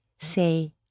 Say